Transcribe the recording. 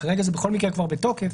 כרגע זה בכל מקרה כבר בתוקף,